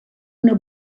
una